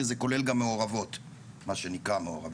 כי זה כולל גם מה שנקרא ראשויות מעורבות.